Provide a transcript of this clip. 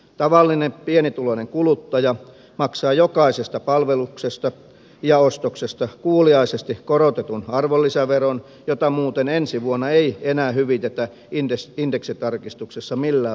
tavallinen pienituloinen kuluttaja maksaa kuuliaisesti jokaisesta palveluksesta ja ostoksesta korotetun arvonlisäveron jota muuten ensi vuonna ei enää hyvitetä indeksitarkistuksessa millään lailla